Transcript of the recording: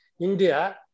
India